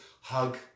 hug